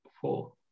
four